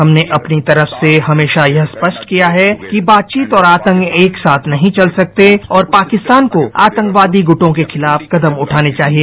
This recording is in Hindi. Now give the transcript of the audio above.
हमने अपनी तरफ से हमेशा यह स्पष्ट किया गया है कि बातचीत और आतंक एक साथ नहीं चल सकते और पाकिस्तान को आतंकवादी गुटों के खिलाफ कदम उठाने चाहिए